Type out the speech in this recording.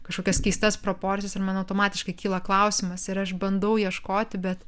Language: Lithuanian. kažkokias keistas proporcijas ir man automatiškai kyla klausimas ir aš bandau ieškoti bet